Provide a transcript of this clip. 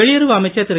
வெளியுறவு அமைச்சர் திரு